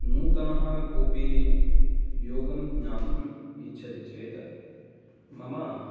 नूतनः कोपि योगं ज्ञातुम् इच्छति चेत् मम